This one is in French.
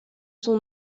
sont